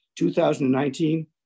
2019